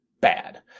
bad